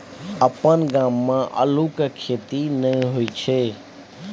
अपन गाम मे अल्लुक खेती नहि होए छै